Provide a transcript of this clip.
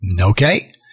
Okay